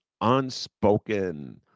unspoken